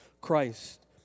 Christ